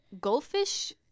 Goldfish